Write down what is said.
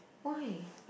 why